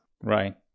right